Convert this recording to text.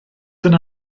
yna